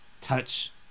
Touch